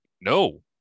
no